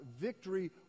victory